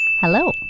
Hello